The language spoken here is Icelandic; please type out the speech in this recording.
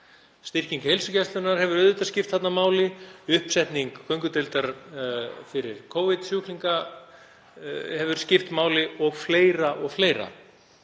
Styrking heilsugæslunnar hefur auðvitað skipt þarna máli. Uppsetning göngudeildar fyrir Covid-sjúklinga hefur skipt máli og fleira og fleira.